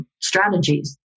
strategies